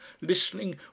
listening